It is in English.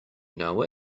know